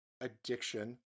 addiction